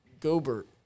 Gobert